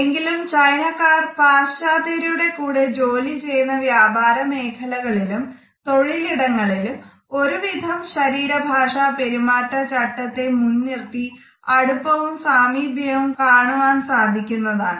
എങ്കിലും ചൈനക്കാർ പാശ്ചാത്യരുടെ കൂടെ ജോലി ചെയ്യുന്ന വ്യാപാര മേഖലകളിലും തൊഴിലിടങ്ങളിലും ഒരു വിധം ശരീര ഭാഷാ പെരുമാറ്റ ചട്ടത്തേ മുൻനിർത്തി അടുപ്പവും സാമീപ്യവും കാണുവാൻ സാധിക്കുന്നതാണ്